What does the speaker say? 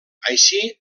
així